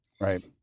Right